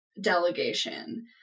delegation